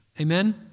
Amen